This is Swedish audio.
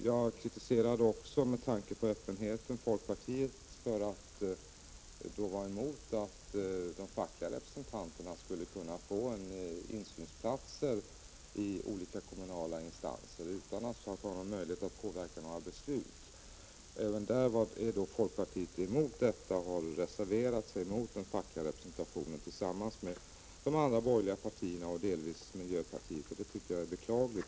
När det gäller öppenheten kritiserade jag folkpartiet för att det är emot att de fackliga representanterna skall kunna få insynsplatser i olika kommunala instanser utan att ha möjlighet att påverka några beslut. Folkpartiet har reserverat sig emot den fackliga representationen tillsammans med de andra borgerliga partierna och delvis miljöpartiet. Det tycker jag är beklagligt.